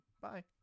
bye